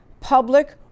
public